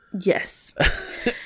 Yes